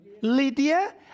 Lydia